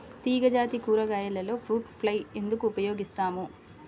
తీగజాతి కూరగాయలలో fruit fly ఎందుకు ఉపయోగిస్తాము?